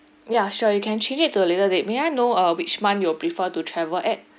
ya sure you can change it to a later date may I know err which month you would prefer to travel it